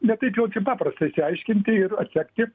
ne taip jau čia paprasta išsiaiškinti ir atsekti